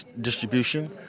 distribution